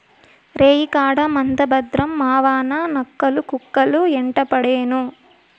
రేయికాడ మంద భద్రం మావావా, నక్కలు, కుక్కలు యెంటపడేను